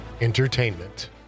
Entertainment